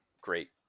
great